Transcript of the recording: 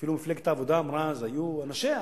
אפילו מפלגת העבודה אמרה אז, היו אנשיה.